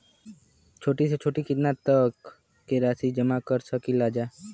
छोटी से छोटी कितना तक के राशि जमा कर सकीलाजा?